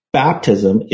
baptism